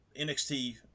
NXT